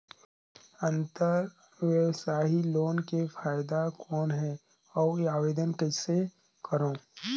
अंतरव्यवसायी लोन के फाइदा कौन हे? अउ आवेदन कइसे करव?